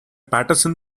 patterson